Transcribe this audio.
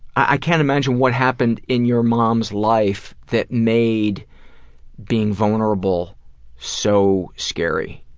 i can't imagine what happened in your mom's life that made being vulnerable so scary